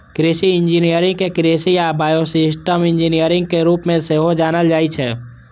कृषि इंजीनियरिंग कें कृषि आ बायोसिस्टम इंजीनियरिंग के रूप मे सेहो जानल जाइ छै